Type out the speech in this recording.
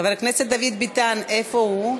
חבר הכנסת דוד ביטן, איפה הוא?